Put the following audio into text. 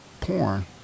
Porn